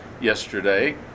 yesterday